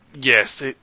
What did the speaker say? Yes